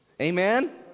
amen